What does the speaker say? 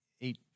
eight